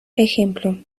ejemplo